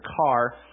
car